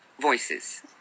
voices